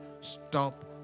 stop